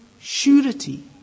surety